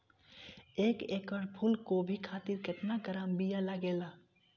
एक एकड़ फूल गोभी खातिर केतना ग्राम बीया लागेला?